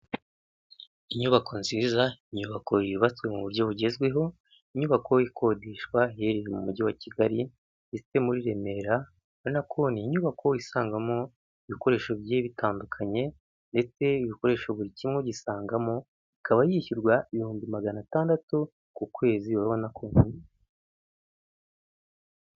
Inyubako nziza, inyubako yubatswe mu buryo bugezweho, inyubako ikodeshwa iherereye mu mujyi wa Kigali, ifite muri i Remera urabonako ni inyubako usangamo ibikoresho bigiye bitandukanye ndetse ibikoresho buri kimwe ugisangamo. Ikaba yishyurwa ibihumbi magana atandatu ku kwezi.